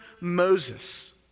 Moses